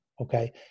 Okay